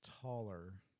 taller